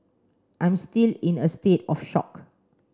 I'm still in a state of shock